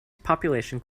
population